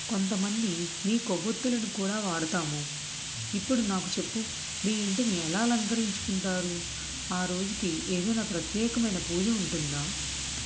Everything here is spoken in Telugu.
కొంతమంది మీ కొవ్వోత్తులను కూడా వాడతాము ఇప్పుడు నాకు చెప్పు మీ ఇంటిని ఎలా అలకరించుకుంటారు ఆ రోజుకి ఏదైనా ప్రత్యేకమైన పూజ ఉంటుందా